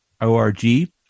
O-R-G